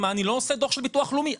מה אני לא עושה דוח של ביטוח לאומי,